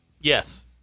Yes